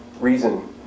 reason